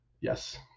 yes